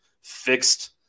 fixed